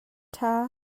ṭha